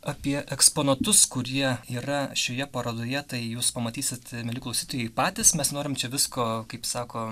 apie eksponatus kurie yra šioje parodoje tai jūs pamatysit mieli klausytojai patys mes norim čia visko kaip sako